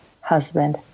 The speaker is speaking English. Husband